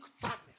sadness